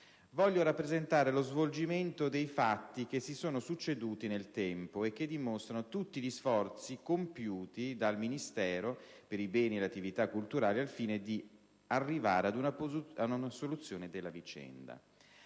voglio rappresentare lo svolgimento dei fatti succedutisi nel tempo, che dimostrano tutti gli sforzi compiuti dal Ministero per i beni e le attività culturali al fine di arrivare ad una soluzione della vicenda.